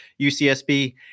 UCSB